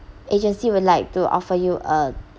agency would like to offer you a